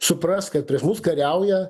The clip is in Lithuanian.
suprast kad prieš mus kariauja